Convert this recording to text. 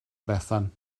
bethan